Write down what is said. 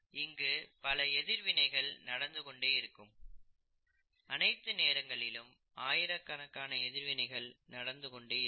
இங்கு பல எதிர்வினைகள் நடந்து கொண்டே இருக்கும் அனைத்து நேரங்களிலும் ஆயிரக்கணக்கான எதிர்வினைகள் நடந்து கொண்டே இருக்கும்